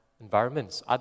environments